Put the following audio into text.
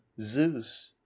zeus